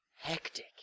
Hectic